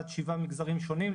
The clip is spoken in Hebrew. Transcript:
עד שבעה מגזרים שונים,